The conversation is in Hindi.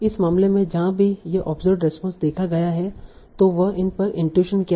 इस मामले में जहां भी यह ओब्सर्वेड रेस्पोंस देखा गया है तो वह पर इन्टूशन क्या है